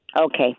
Okay